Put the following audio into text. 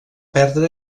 perdre